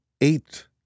eight